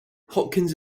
hopkins